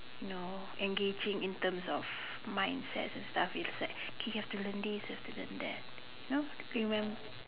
you know engaging in terms of mindsets and stuff it's like K you have to learn this you have to learn that you know remember